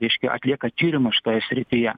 reiškia atlieka tyrimus šitoje srityje